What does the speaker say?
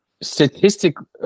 statistically –